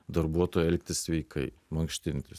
darbuotoją elgtis sveikai mankštintis